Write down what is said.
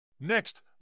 Next